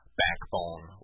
backbone